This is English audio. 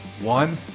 One—